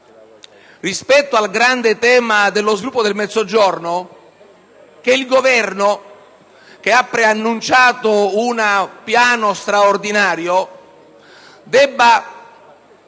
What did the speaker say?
Rispetto al grande tema dello sviluppo del Mezzogiorno, riteniamo che il Governo, che ha preannunciato un piano straordinario, debba